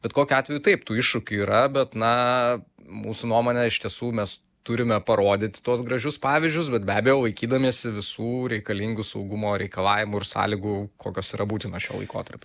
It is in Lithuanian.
bet kokiu atveju taip tų iššūkių yra bet na mūsų nuomone iš tiesų mes turime parodyti tuos gražius pavyzdžius bet be abejo laikydamiesi visų reikalingų saugumo reikalavimų ir sąlygų kokios yra būtinos šiuo laikotarpiu